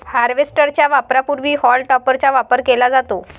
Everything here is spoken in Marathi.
हार्वेस्टर च्या वापरापूर्वी हॉल टॉपरचा वापर केला जातो